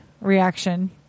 reaction